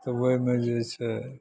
तऽ ओहिमे जे छै